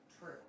true